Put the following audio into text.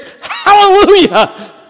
Hallelujah